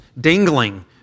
dangling